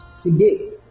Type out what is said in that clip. Today